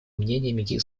мнениями